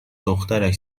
دخترش